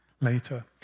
later